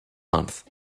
month